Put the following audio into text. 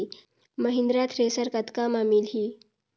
Mahindra thresher कतका म मिलही?